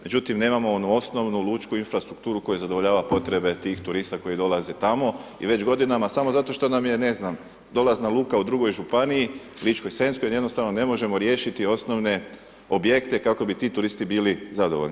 Međutim, nemamo onu osnovnu lučku infrastrukturu koja zadovoljava potrebe tih turista koji dolaze tamo i već godinama, samo zato što nam je, ne znam, dolazna luka u drugoj županiji, ličko-senjskoj, gdje jednostavno ne možemo riješiti osnovne objekte kako bi ti turisti bili zadovoljni.